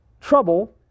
trouble